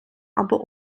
або